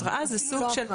התראה זה סוג של,